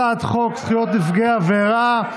מי בעד הצעת חוק זכויות נפגעי עבירה?